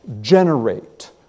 generate